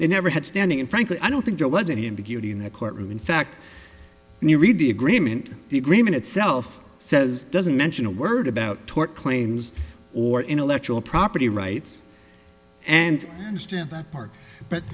they never had standing and frankly i don't think there was any ambiguity in the courtroom in fact when you read the agreement the agreement itself says doesn't mention a word about tort claims or intellectual property rights and understand that part but